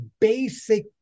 basic